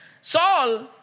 Saul